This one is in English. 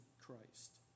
Christ